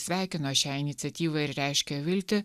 sveikino šią iniciatyvą ir reiškia viltį